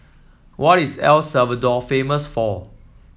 what is El Salvador famous for